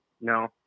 No